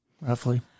Roughly